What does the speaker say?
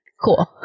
cool